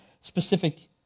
specific